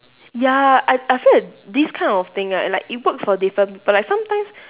ya I I feel that these kind of thing right like it works for different people like sometimes